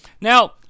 Now